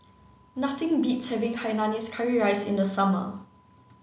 nothing beats having Hainanese curry rice in the summer